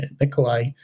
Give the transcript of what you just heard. Nikolai